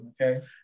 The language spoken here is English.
Okay